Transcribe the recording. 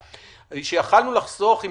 כשיכולנו לחסוך קודם,